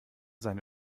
seine